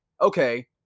okay